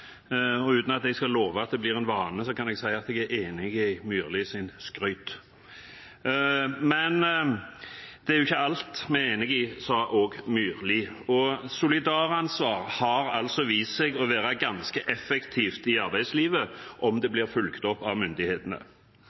og uten at jeg skal love at det blir en vane, kan jeg si at jeg er enig i Myrlis skryt. Men det er ikke alt vi er enige om, det sa også Myrli, og solidaransvar har vist seg å være ganske effektivt i arbeidslivet, dersom det blir fulgt opp av myndighetene.